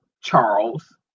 Charles